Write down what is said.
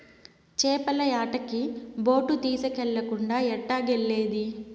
చేపల యాటకి బోటు తీస్కెళ్ళకుండా ఎట్టాగెల్లేది